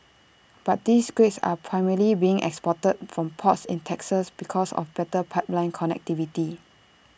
but these grades are primarily being exported from ports in Texas because of better pipeline connectivity